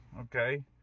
okay